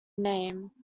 name